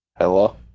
Hello